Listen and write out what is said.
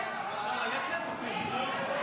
לוועדה את הצעת חוק חינוך ממלכתי (תיקון,